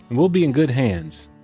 and we'll be in good hands.